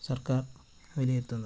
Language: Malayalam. സർക്കാർ വിലയിരുത്തുന്നത്